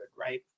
Right